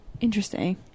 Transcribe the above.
Interesting